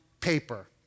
paper